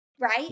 right